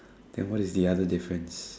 then what is the other difference